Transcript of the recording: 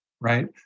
right